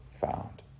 found